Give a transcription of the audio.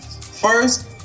First